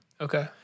okay